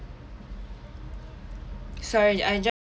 sorry I ja~